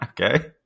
Okay